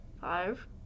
five